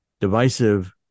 divisive